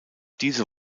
diese